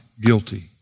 guilty